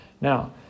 Now